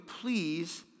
please